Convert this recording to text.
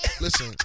Listen